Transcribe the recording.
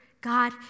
God